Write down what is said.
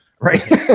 right